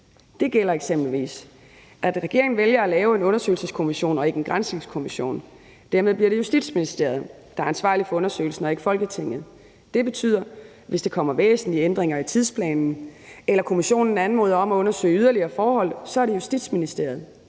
Det gælder eksempelvis, i forhold til at regeringen vælger at lave en undersøgelseskommission og ikke en granskningskommission. Dermed bliver det Justitsministeriet, der er ansvarlig for undersøgelsen, og ikke Folketinget. Det betyder, at hvis der kommer væsentlige ændringer i tidsplanen eller kommissionen anmoder om at undersøge yderligere forhold, er det Justitsministeriet